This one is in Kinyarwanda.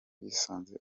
bisanze